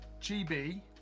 GB